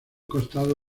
costado